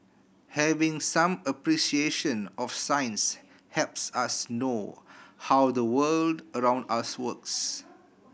having some appreciation of science helps us know how the world around us works